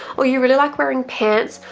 or you really like wearing pants,